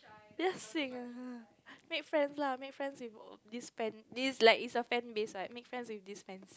just sing make friends lah make friends with this fan is a fan base right make friends with these fans